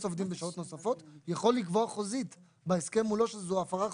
עובדים בשעות נוספות יכול לקבוע חוזית בהסכם מולו שזו הפרה חוזית.